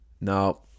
now